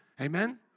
Amen